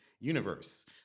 universe